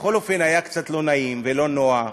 בכל אופן היה קצת לא נעים ולא נוח.